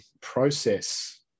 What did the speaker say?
process